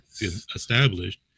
established